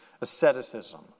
asceticism